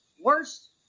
worst